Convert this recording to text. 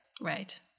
Right